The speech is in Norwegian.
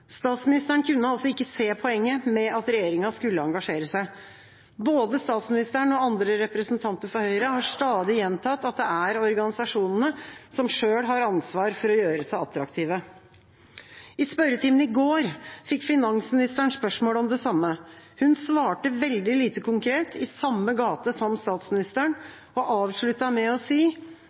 Statsministeren kunne ikke se poenget med at regjeringa skulle engasjere seg. Både statsministeren og andre representanter for Høyre har stadig gjentatt at det er organisasjonene som selv har ansvar for å gjøre seg attraktive. I spørretimen i går fikk finansministeren spørsmål om det samme. Hun svarte veldig lite konkret – i samme gate som statsministeren – og avsluttet med å si: